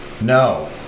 No